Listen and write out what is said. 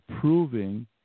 proving